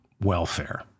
welfare